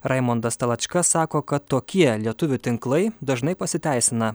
raimondas talačka sako kad tokie lietuvių tinklai dažnai pasiteisina